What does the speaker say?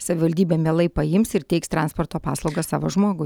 savivaldybė mielai paims ir teiks transporto paslaugas savo žmogui